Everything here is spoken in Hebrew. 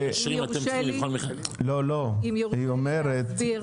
אם יורשה לי להסביר.